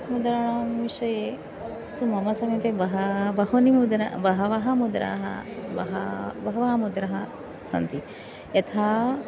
मुद्राणां विषये तु मम समीपे बह बहूनि मुद्र बहवः मुद्राः बहवः मुद्रः सन्ति यथा